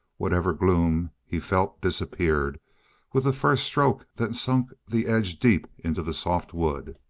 whatever gloom he felt disappeared with the first stroke that sunk the edge deep into the soft wood.